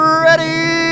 ready